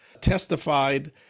testified